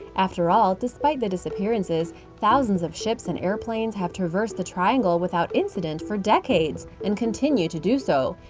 after all, despite the disappearances, thousands of ships and airplanes have traversed the triangle without incident for decades and continue to do so.